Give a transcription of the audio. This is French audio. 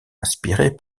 inspirée